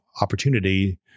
opportunity